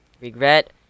regret